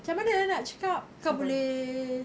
macam mana eh nak cakap kau boleh